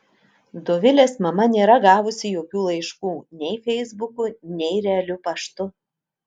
dovilės mama nėra gavusi jokių laiškų nei feisbuku nei realiu paštu